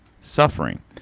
suffering